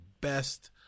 best